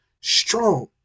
strong